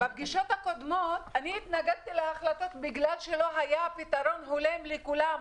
בפגישות הקודמות התנגדתי להחלטות בגלל שלא היה פתרון הולם לכולם,